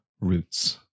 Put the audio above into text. Roots